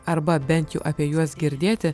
arba bent jau apie juos girdėti